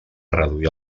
reduir